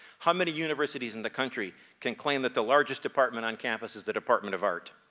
how many universities in the country can claim that the largest department on campus is the department of art?